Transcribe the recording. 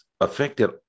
affected